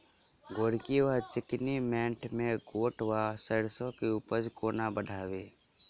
गोरकी वा चिकनी मैंट मे गोट वा सैरसो केँ उपज कोना बढ़ाबी?